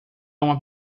uma